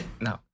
no